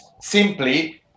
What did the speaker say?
simply